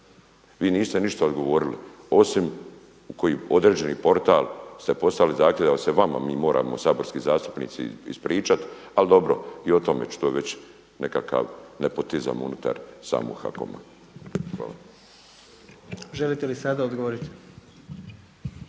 Vi niste ništa odgovorili osim u koji određeni portal ste postavili zahtjev da se vama mi moramo saborski zastupnici ispričati, ali dobro i o tome ću, to je već nekakav nepotizam unutar samog HAKOM-a. Hvala. **Jandroković,